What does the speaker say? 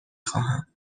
خواهم